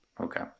Okay